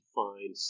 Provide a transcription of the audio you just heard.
find